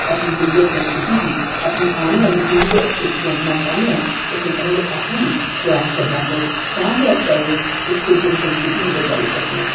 अपनी डुग्गर संस्कृति गी अपनी औने आहली पीढ़ी दे हत्थें च सौंपना चाहन्ने आं ते असेंगी पैहलें आपू बी प्रयास करना पौग तां गै अस जाइयै इस डुग्गर संस्कृति गी बचाई सकने आं